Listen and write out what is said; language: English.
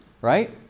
right